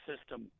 system